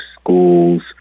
schools